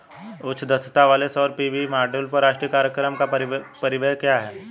उच्च दक्षता वाले सौर पी.वी मॉड्यूल पर राष्ट्रीय कार्यक्रम का परिव्यय क्या है?